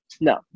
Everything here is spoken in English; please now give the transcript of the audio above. No